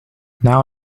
now